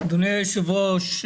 אדוני היושב-ראש,